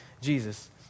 Jesus